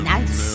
Nice